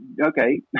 okay